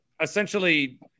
essentially